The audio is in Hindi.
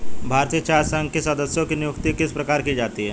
भारतीय चाय संघ के सदस्यों की नियुक्ति किस प्रकार की जाती है?